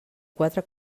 quatre